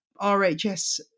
RHS